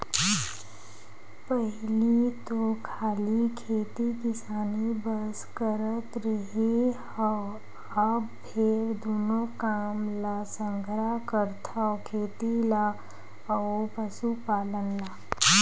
पहिली तो खाली खेती किसानी बस करत रेहे हँव, अब फेर दूनो काम ल संघरा करथव खेती ल अउ पसुपालन ल